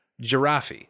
Giraffe